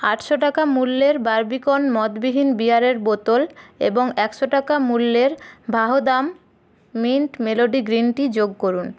আটশো টাকা মূল্যের বারবিকন মদবিহিন বিয়ারের বোতল এবং একশো টাকা মূল্যের Vahdam mint melody green tea যোগ করুন